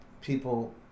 people